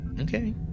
okay